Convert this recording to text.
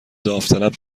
داوطلب